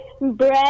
bread